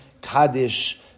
Kaddish